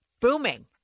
Booming